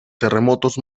terremotos